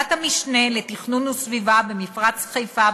ועדת המשנה לתכנון וסביבה במפרץ חיפה,